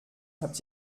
habt